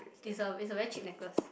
it's a it's a very cheap necklace